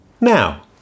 Now